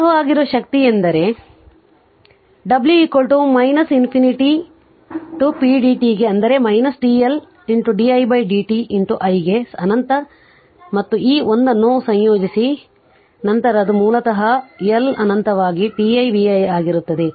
ಸಂಗ್ರಹವಾಗಿರುವ ಶಕ್ತಿಯೆಂದರೆ w ಅನಂತದಿಂದ t pdt ಗೆ ಅಂದರೆ t L didt i ಗೆ ಅನಂತ ಮತ್ತು ಈ 1 ಅನ್ನು ಸಂಯೋಜಿಸಿ ನಂತರ ಅದು ಮೂಲತಃ ಅದು L ಅನಂತವಾಗಿ t i vi ಆಗಿರುತ್ತದೆ